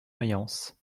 mayence